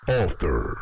author